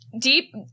deep